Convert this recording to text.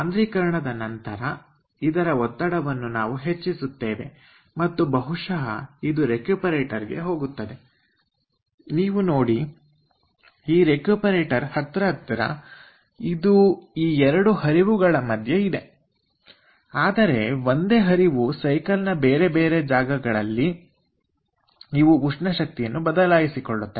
ಸಾಂದ್ರೀಕರಣ ದ ನಂತರ ಇದರ ಒತ್ತಡವನ್ನು ನಾವು ಹೆಚ್ಚಿಸುತ್ತೇವೆ ಮತ್ತು ಬಹುಶಃ ಇದು ರೆಕ್ಯೂಪರೇಟರ್ ಗೆ ಹೋಗುತ್ತದೆ ನೀವು ನೋಡಿ ಈ ರೆಕ್ಯೂಪರೇಟರ್ ಹತ್ತಿರ ಹತ್ತಿರ ಇದು ಈ ಎರಡು ಹರಿವುಗಳ ಮಧ್ಯ ಇದೆ ಆದರೆ ಒಂದೇ ಹರಿವು ಸೈಕಲ್ ನ ಬೇರೆ ಬೇರೆ ಜಾಗದಲ್ಲಿ ಇವು ಉಷ್ಣ ಶಕ್ತಿಯನ್ನು ಬದಲಾಯಿಸಿಕೊಳ್ಳುತ್ತವೆ